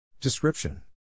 Description